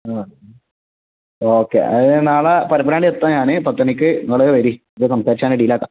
ആ ഓക്കെ അ അങ്ങനെ ആണേൽ നാളെ പരപ്പനങ്ങാടി എത്താം ഞാൻ പത്ത് മണിക്ക് നിങ്ങൾ വരിക ഇത് സംസാരിച്ചങ്ങ് ഡീലാക്കാം